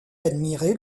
admirer